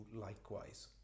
likewise